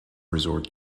resort